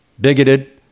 bigoted